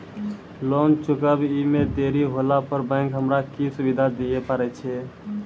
Loan चुकब इ मे देरी होला पर बैंक हमरा की सुविधा दिये पारे छै?